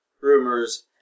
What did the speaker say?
rumors